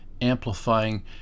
amplifying